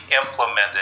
implemented